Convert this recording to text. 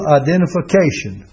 identification